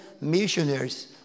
missionaries